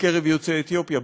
בקרב יוצאי אתיופיה.